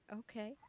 okay